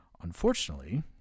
Unfortunately